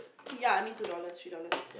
ya I mean two dollars three dollars